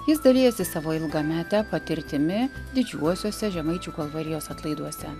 jis dalijasi savo ilgamete patirtimi didžiuosiuose žemaičių kalvarijos atlaiduose